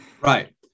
Right